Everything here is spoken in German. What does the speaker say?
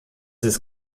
des